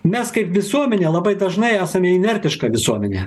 mes kaip visuomenė labai dažnai esame inertiška visuomenė